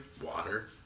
Water